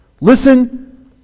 Listen